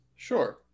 Sure